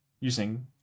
using